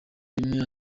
rimwe